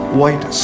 white